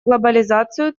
глобализацию